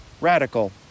radical